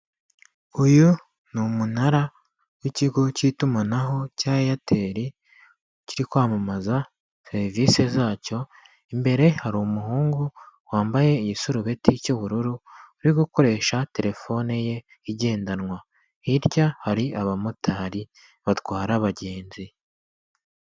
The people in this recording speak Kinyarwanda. Uyu ni umunara w'ikigo cy'itumanaho cya eyateri kiri kwamamaza serivise zacyo imbere harumuhungu wambaye igisurubeti cy'ubururu uri gukoresha terefone ye igendanwa hirya ye hari abamotari batwara abagenzi.